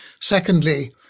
Secondly